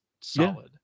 solid